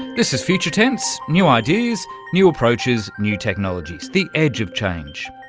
this is future tense, new ideas, new approaches, new technologies, the edge of change.